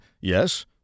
Yes